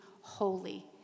holy